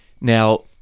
Now